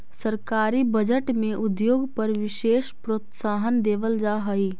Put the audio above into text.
सरकारी बजट में उद्योग पर विशेष प्रोत्साहन देवल जा हई